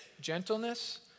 Gentleness